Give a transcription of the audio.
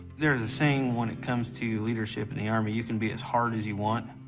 there's a saying when it comes to leadership in the army, you can be as hard as you want,